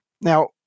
Now